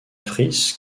frise